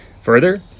Further